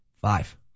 Five